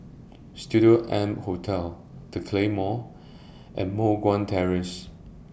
Studio M Hotel The Claymore and Moh Guan Terrace